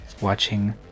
watching